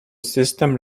system